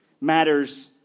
matters